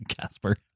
Casper